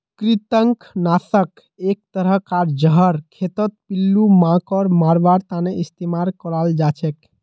कृंतक नाशक एक तरह कार जहर खेतत पिल्लू मांकड़ मरवार तने इस्तेमाल कराल जाछेक